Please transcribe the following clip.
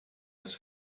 his